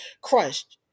crushed